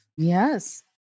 Yes